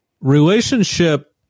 Relationship